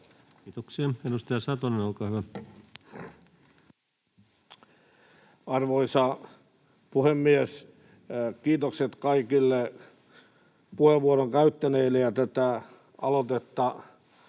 Kiitoksia. — Edustaja Satonen, olkaa hyvä. Arvoisa puhemies! Kiitokset kaikille puheenvuoron käyttäneille ja tätä aloitetta